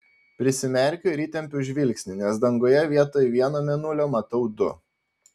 prisimerkiu ir įtempiu žvilgsnį nes danguje vietoj vieno mėnulio matau du